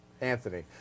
Anthony